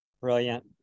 brilliant